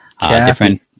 Different